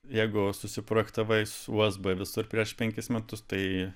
jeigu susiprojektavai su usb visur prieš penkis metus tai